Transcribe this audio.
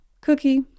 cookie